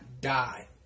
die